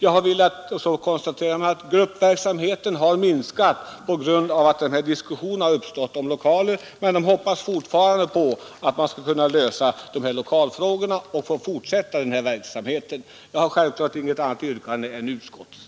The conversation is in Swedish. Man konstaterar sedan att gruppverksamheten har minskat på grund av diskussionen om lokaler, men de hoppas fortfarande på en lösning av lokalfrågorna och på en fortsättning av den här verksamheten. Jag har självklart inget annat yrkande än utskottets.